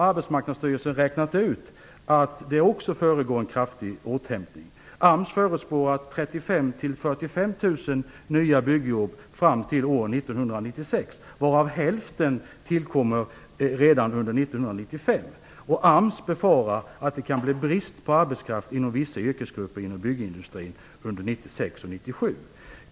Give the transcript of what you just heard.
Arbetsmarknadsstyrelsen har också räknat ut att det pågår en kraftig återhämtning. AMS förespår 35 000-45 000 nya byggjobb fram till år 1996, varav hälften tillkommer redan under 1995. AMS befarar att det kan bli brist på arbetskraft inom vissa yrkesgrupper inom byggindustrin under 1996 och 1997.